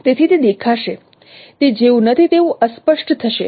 તેથી તે દેખાશે તે જેવું નથી તેવું અસ્પષ્ટ થશે